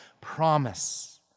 promise